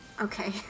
Okay